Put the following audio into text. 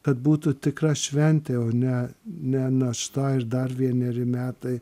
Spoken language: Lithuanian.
kad būtų tikra šventė o ne ne našta ir dar vieneri metai